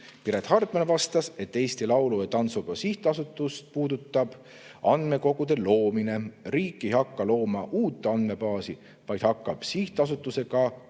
Piret Hartman vastas, et Eesti Laulu‑ ja Tantsupeo Sihtasutust puudutab andmekogude loomine. Riik ei hakka looma uut andmebaasi, vaid hakkab sihtasutusega koostöös